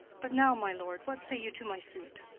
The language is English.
but now, my lord, what say you to my suit?